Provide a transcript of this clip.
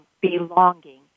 belonging